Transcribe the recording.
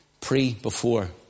Pre-before